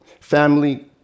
Family